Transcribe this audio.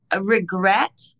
regret